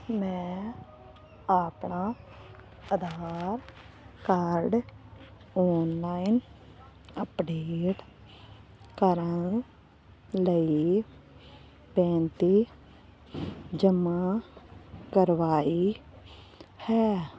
ਮੈਂ ਆਪਣਾ Aadhaar card online update ਕਰਨ ਲਈ ਬੇਨਤੀ ਜਮ੍ਹਾਂ ਕਰਵਾਈ ਹੈ